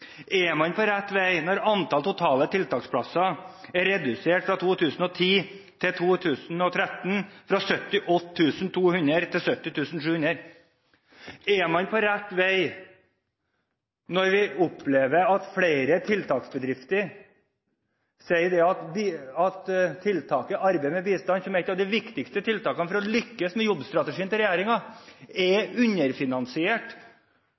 Er man på rett vei når antall totale tiltaksplasser fra 2010 til 2013 er redusert fra 78 200 til 70 700? Er man på rett vei når man opplever at flere tiltaksbedrifter sier at tiltaket Arbeid med bistand, som er ett av de viktigste tiltakene for å lykkes med jobbstrategien til